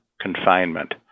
confinement